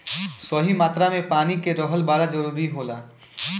सही मात्रा में पानी के रहल बड़ा जरूरी होला